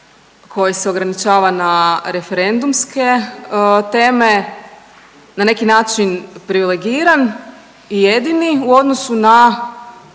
koji se ograničava na referendumske teme, na neki način privilegiran i jedini u odnosu na